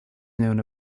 known